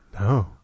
No